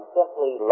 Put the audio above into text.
simply